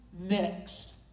next